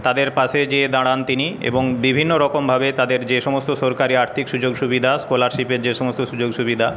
তাদের পাশে যেয়ে দাঁড়ান তিনি এবং বিভিন্ন রকমভাবে তাদের যে সমস্ত সরকারি আর্থিক সুযোগ সুবিধা স্কলারশিপের যে সমস্ত সুযোগ সুবিধা